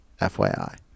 FYI